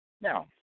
Now